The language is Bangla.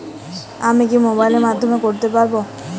আমি কি মোবাইলের মাধ্যমে করতে পারব?